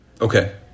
Okay